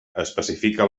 especifica